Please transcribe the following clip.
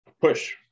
Push